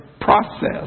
process